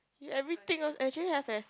you everything also actually have leh